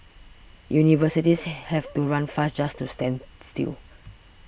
universities have to run fast just to stand still